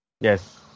yes